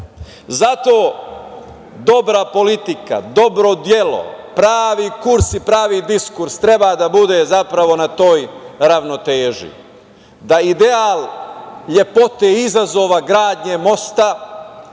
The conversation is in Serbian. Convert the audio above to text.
dobra politika, dobro delo, pravi kurs i pravi diskurs treba da bude na toj ravnoteži, da ideal lepote izazova gradnje mosta